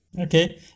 Okay